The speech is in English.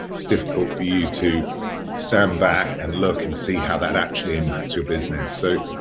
it's difficult for you to stand back and look and see how that actually impacts your business. so,